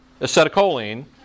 acetylcholine